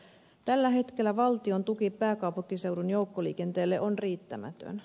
tällä hetkellä valtion tuki pääkaupunkiseudun joukkoliikenteelle on riittämätön